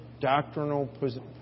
doctrinal